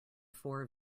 four